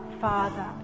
Father